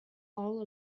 all